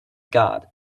god